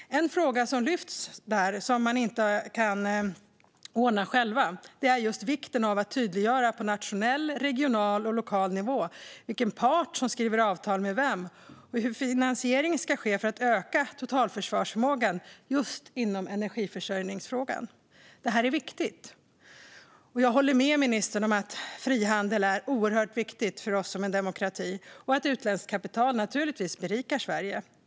En fråga som lyfts upp är vikten av att tydliggöra på nationell, regional och lokal nivå vilken part som skriver avtal med vem och hur finansiering ska ske för att öka totalförsvarsförmågan inom just energiförsörjningen. Detta är viktigt. Jag håller med ministern om att frihandel är oerhört viktigt för vår demokrati och att utländskt kapital givetvis berikar Sverige.